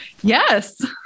Yes